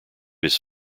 his